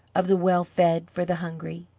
of the well-fed for the hungry.